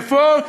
איפה?